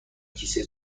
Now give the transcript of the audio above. کیسه